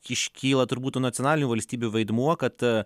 iškyla turbūt nacionalinių valstybių vaidmuo kad